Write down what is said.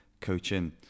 coaching